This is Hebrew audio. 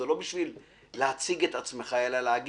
זה לא היה כדי להציג את עצמך אלא להגיד